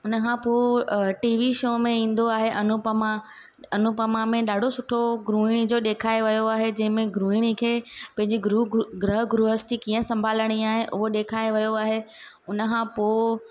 उनखां पोइ अ टी वी शो में इंदो आहे अनुपमा अनुपमा में ॾाढो सुठो गृहिणी जो ॾेखारियो वियो आहे जंहिंमे गृहणी खे पंहिंजी गृह गृहस्थी कीअं संभालणी आहे उहो ॾेखारियो वियो आहे उनखां पोइ